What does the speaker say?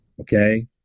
okay